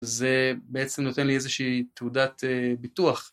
זה בעצם נותן לי איזושהי תעודת ביטוח.